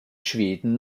schweden